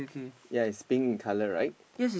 ya is pink in colour right